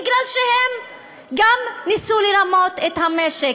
כי הם גם ניסו לרמות את המשק.